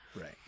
Right